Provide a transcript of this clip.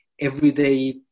everyday